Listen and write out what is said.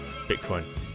Bitcoin